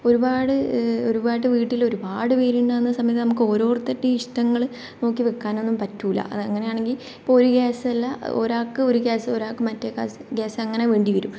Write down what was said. ഒരുപാട് ഒരുപാട് വീട്ടിൽ ഒരുപാട് പേർ ഉണ്ടാവുന്ന സമയത്ത് ഓരോരുത്തരുടെയും ഇഷ്ടങ്ങൾ നോക്കി വയ്ക്കാനൊന്നും പറ്റില്ല അങ്ങനെയാണെങ്കിൽ ഒരു ഗ്യാസ് അല്ല ഒരാൾക്ക് ഒരു ഗ്യാസ് ഒരാൾക്ക് മറ്റേ ഗ്യാസ് അങ്ങനെ വേണ്ടിവരും